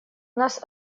нас